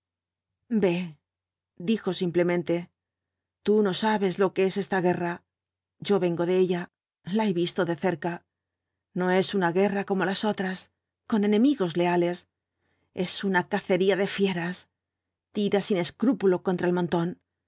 dijo simplemente td no sabea lo que es esta guerra yo vengo de ella la he visto de cerca no es una guerra como las otras con enemigos leales es una cacería de fieras tira sin escrúpulo contra el montón